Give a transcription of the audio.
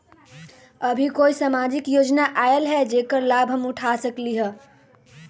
अभी कोई सामाजिक योजना आयल है जेकर लाभ हम उठा सकली ह?